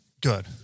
Good